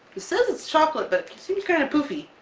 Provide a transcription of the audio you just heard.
it says it's chocolate but. seems kinda poofy.